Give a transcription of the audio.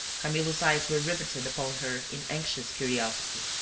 camillo's eyes were riveted upon her in anxious curiosity.